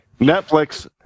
Netflix